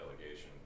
delegation